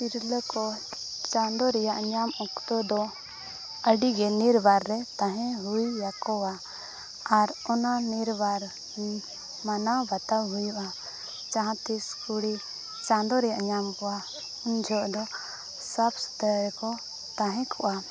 ᱛᱤᱨᱞᱟᱹ ᱠᱚ ᱪᱟᱸᱫᱳ ᱨᱮᱭᱟᱜ ᱧᱟᱢ ᱚᱠᱛᱚ ᱫᱚ ᱟᱹᱰᱤᱜᱮ ᱱᱤᱨᱵᱟᱨ ᱨᱮ ᱛᱟᱦᱮᱸ ᱦᱩᱭ ᱟᱠᱚᱣᱟ ᱟᱨ ᱚᱱᱟ ᱱᱤᱨᱵᱟᱨ ᱢᱟᱱᱟᱣ ᱵᱟᱛᱟᱣ ᱦᱩᱭᱩᱜᱼᱟ ᱡᱟᱦᱟᱸᱛᱤᱥ ᱠᱩᱲᱤ ᱪᱟᱸᱫᱳ ᱨᱮᱭᱟᱜ ᱧᱟᱢ ᱠᱚᱣᱟ ᱩᱱ ᱡᱚᱠᱷᱮᱡ ᱫᱚ ᱥᱟᱵ ᱥᱩᱛᱟᱹᱨ ᱠᱚ ᱛᱟᱦᱮᱸ ᱠᱚᱜᱼᱟ